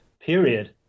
period